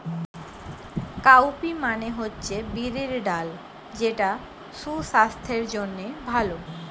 cowpea মানে হচ্ছে বিরির ডাল যেটা সুসাস্থের জন্যে ভালো